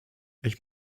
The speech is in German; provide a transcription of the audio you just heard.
ich